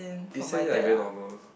they say until like very normal